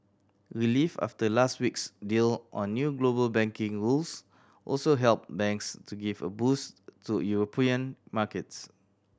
relief after last week's deal on new global banking rules also helped banks to give a boost to European markets